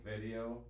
video